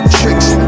tricks